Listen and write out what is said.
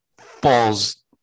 falls